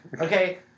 Okay